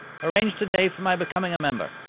arrange today for my becoming a member.